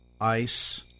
ice